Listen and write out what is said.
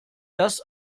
das